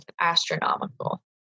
astronomical